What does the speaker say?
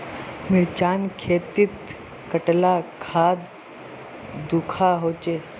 मिर्चान खेतीत कतला खाद दूबा होचे?